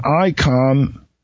icon